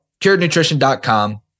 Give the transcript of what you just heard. curednutrition.com